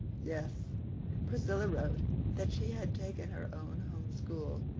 yes priscilla wrote that she had taken her own home school,